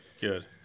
good